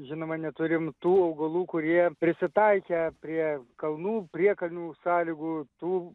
žinoma neturim tų augalų kurie prisitaikę prie kalnų priekalnių sąlygų tų